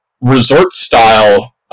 resort-style